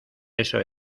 eso